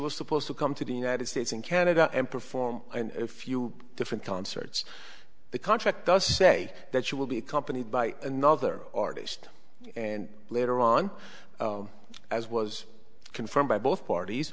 was supposed to come to the united states in canada and perform a few different concerts the contract does say that she will be accompanied by another artist and later on as was confirmed by both parties